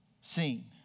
seen